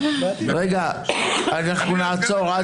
רגע, אנחנו נעצור.